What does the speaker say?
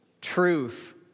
truth